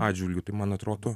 atžvilgiu tai man atrodo